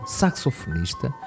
saxofonista